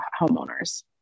homeowners